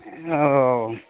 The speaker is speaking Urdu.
اوہ